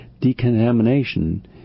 decontamination